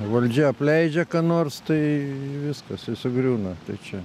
valdžia apleidžia ką nors tai viskas ir sugriūna ta čia